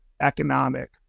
economic